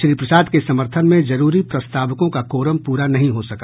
श्री प्रसाद के समर्थन में जरूरी प्रस्तावकों का कोरम पूरा नहीं हो सका